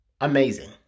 amazing